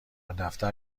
دفتر